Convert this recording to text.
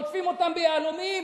עוטפים אותם ביהלומים,